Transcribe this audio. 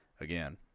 again